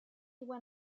when